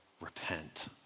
repent